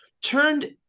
turned